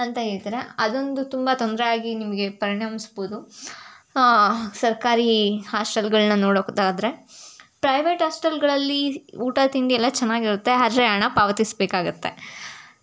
ಅಂತ ಹೇಳ್ತಾರೆ ಅದೊಂದು ತುಂಬ ತೊಂದರೆಯಾಗಿ ನಿಮಗೆ ಪರಿಣಮಿಸ್ಬೋದು ಸರ್ಕಾರಿ ಹಾಸ್ಟೆಲ್ಗಳನ್ನ ನೋಡೋದಾದರೆ ಪ್ರೈವೇಟ್ ಆಸ್ಟೆಲ್ಗಳಲ್ಲಿ ಊಟ ತಿಂಡಿ ಎಲ್ಲ ಚೆನ್ನಾಗಿರತ್ತೆ ಆದರೆ ಹಣ ಪಾವತಿಸಬೇಕಾಗತ್ತೆ